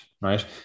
right